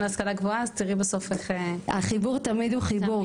להשכלה גבוהה ותראי בסוף איך --- החיבור תמיד הוא חיבור,